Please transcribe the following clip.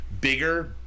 bigger